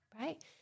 right